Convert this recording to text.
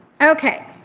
okay